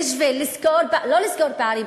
לא בשביל לסגור פערים,